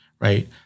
right